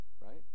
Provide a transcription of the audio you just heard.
right